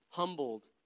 humbled